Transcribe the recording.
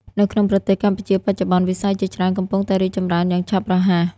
នៅក្នុងប្រទេសកម្ពុជាបច្ចុប្បន្ន វិស័យជាច្រើនកំពុងតែរីកចម្រើនយ៉ាងឆាប់រហ័ស។